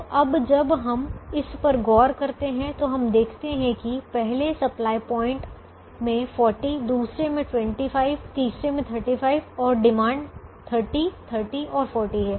तो अब जब हम इस पर गौर करते हैं तो हम देखते हैं कि पहले सप्लाई पॉइंट में 40 दूसरे में 25 तीसरे में 35 और तीन डिमांड 30 30 और 40 हैं